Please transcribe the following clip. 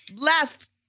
Last